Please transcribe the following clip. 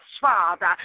Father